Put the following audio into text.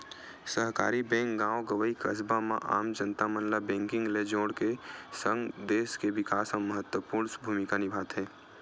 सहकारी बेंक गॉव गंवई, कस्बा म आम जनता मन ल बेंकिग ले जोड़ के सगं, देस के बिकास म महत्वपूर्न भूमिका निभाथे